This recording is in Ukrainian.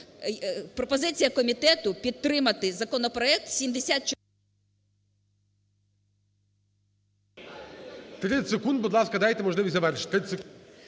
пропозиція комітету підтримати законопроект… ГОЛОВУЮЧИЙ. 30 секунд, будь ласка, дайте можливість завершити,